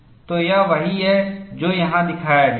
तो यह वही है जो यहाँ दिखाया गया है